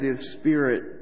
spirit